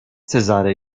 cezary